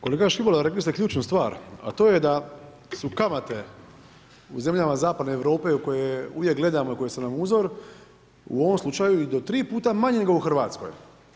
Kolega Škibola, rekli ste ključnu stvar a to je da su kamate u zemljama zapadne Europe u koje uvijek gledamo i koje su nam uzor, u ovom slučaju i do 3 puta manje nego u Hrvatskoj.